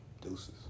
Deuces